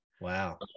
wow